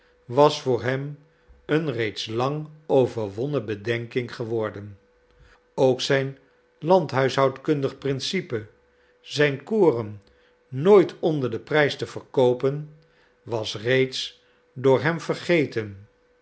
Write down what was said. was voor hem een reeds lang overwonnen bedenking geworden ook zijn landhuishoudkundig principe zijn koren nooit onder den prijs te verkoopen was reeds door hem vergeten